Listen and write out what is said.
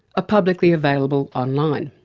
publicly available online.